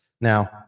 Now